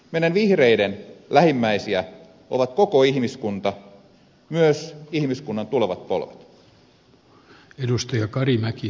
meidän vihreiden lähimmäisiä ovat koko ihmiskunta myös ihmiskunnan tulevat polvet